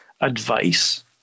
advice